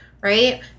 Right